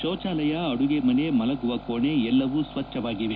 ಶೌಚಾಲಯ ಅಡುಗೆ ಮನೆ ಮಲಗುವ ಕೋಣೆ ಎಲ್ಲವೂ ಸ್ವಚ್ಚವಾಗಿವೆ